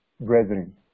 brethren